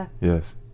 yes